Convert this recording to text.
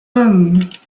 hommes